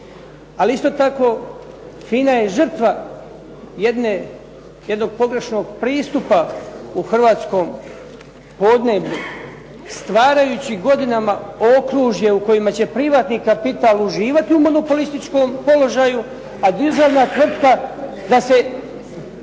Ali isto tako FINA je žrtva jednog pogrešnog pristupa u hrvatskom podneblju stvarajući godinama okružje u kojima će privatni kapital uživati u monopolističkom položaju, a državna tvrtka da iziđe